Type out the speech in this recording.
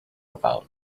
about